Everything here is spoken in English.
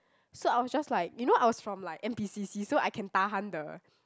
so I was just like you know I was from like N_P_C_C so I can tahan the